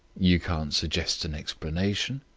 you can't suggest an explanation?